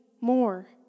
more